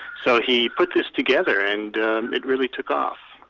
so he put this together, and it really took off.